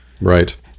right